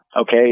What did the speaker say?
Okay